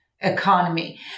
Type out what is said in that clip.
economy